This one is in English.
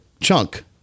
chunk